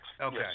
Okay